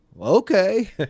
okay